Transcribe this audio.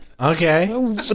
okay